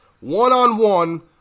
one-on-one